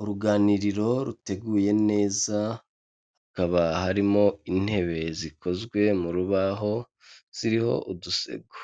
Uruganiriro ruteguye neza, hakaba harimo intebe zikozwe mu rubaho ziriho udusego,